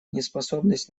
неспособность